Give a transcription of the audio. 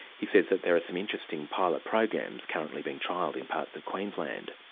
he says that there are some interesting pilots programs currently being trialled in parts of queensland.